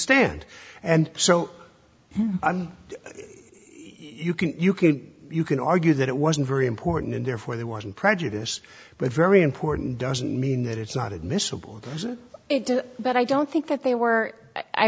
stand and so you can you can you can argue that it wasn't very important and therefore there wasn't prejudice but very important doesn't mean that it's not admissible as it did but i don't think that they were i